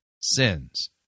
sins